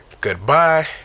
Goodbye